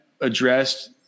addressed